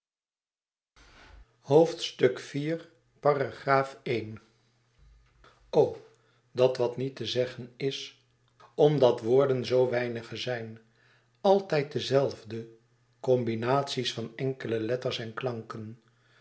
dat wat niet te zeggen is omdat woorden zoo weinige zijn altijd de zelfde combinaties van enkele letters en klanken